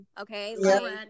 Okay